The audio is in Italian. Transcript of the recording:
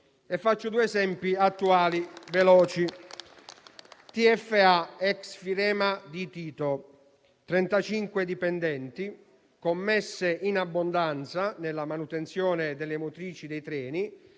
Faccio due esempi attuali e veloci. Tfa (ex Firema) di Tito: 35 dipendenti, commesse in abbondanza nella manutenzione delle motrici e dei treni.